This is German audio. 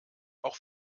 auch